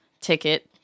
ticket